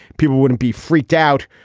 people wouldn't be freaked out.